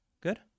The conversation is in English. Good